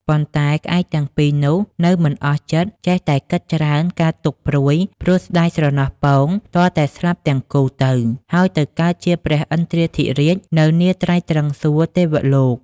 ប៉ុន្តែ ក្អែកទាំងពីរនោះ នៅមិនអស់ចិត្ត ចេះតែគិតច្រើនកើតទុក្ខព្រួយ ព្រោះស្តាយស្រណោះពង ទាល់តែស្លាប់ទាំងគូទៅ ហើយទៅកើតជាព្រះឥន្ទ្រាធិរាជ នៅនាត្រៃត្រិង្សសួគ៌ ទេវលោក ។